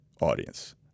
audience